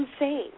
insane